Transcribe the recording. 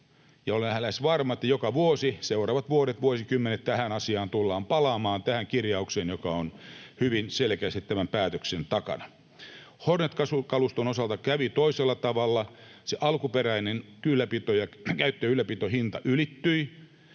olen lähes varma, että joka vuosi, seuraavat vuodet, vuosikymmenet, tähän asiaan tullaan palaamaan, tähän kirjaukseen, joka on hyvin selkeästi tämän päätöksen takana. Hornet-kaluston osalta kävi toisella tavalla: se alkuperäinen käyttö- ja ylläpitohinta ylittyi,